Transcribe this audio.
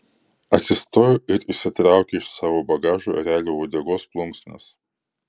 atsistojo ir išsitraukė iš savo bagažo erelio uodegos plunksnas